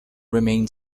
remain